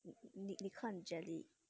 你你看 jelly